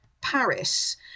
Paris